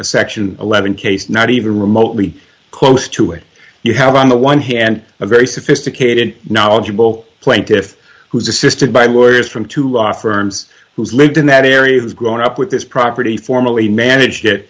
a section eleven case not even remotely close to it you have on the one hand a very sophisticated knowledgeable plaintiff who's assisted by lawyers from to offer arms who's lived in that area has grown up with this property formally managed it